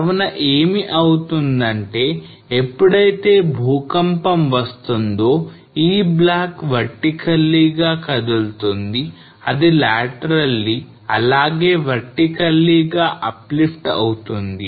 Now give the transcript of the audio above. కావున ఏమి అవుతుంది అంటే ఎప్పుడైతే భూకంపం వస్తుందో ఈ బ్లాక్ vertically గా కదులుతుంది అది laterally అలాగే vertically గా uplift అవుతుంది